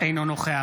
נגד